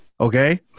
Okay